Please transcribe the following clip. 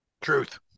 Truth